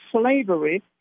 slavery